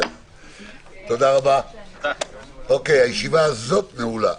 תודה רבה, ישיבה זו נעולה.